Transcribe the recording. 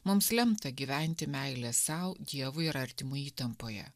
mums lemta gyventi meile sau dievui ir artimui įtampoje